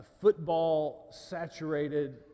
football-saturated